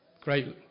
great